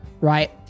right